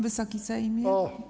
Wysoki Sejmie!